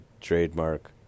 trademark